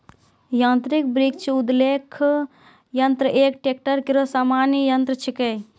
यांत्रिक वृक्ष उद्वेलक यंत्र एक ट्रेक्टर केरो सामान्य यंत्र छिकै